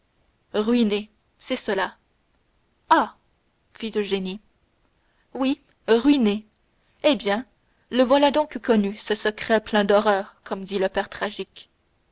ruiné c'est cela ah fit eugénie oui ruiné eh bien le voilà donc connu ce secret plein d'horreur comme dit le poète tragique